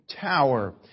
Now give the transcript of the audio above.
tower